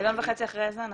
מיליון וחצי אחרי איזה הנחה?